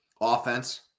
Offense